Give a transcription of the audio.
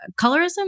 colorism